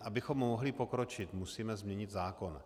Abychom mohli pokročit, musíme změnit zákon.